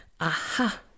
Aha